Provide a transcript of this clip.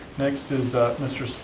next is mr.